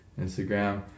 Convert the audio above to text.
Instagram